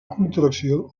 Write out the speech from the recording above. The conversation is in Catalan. contracció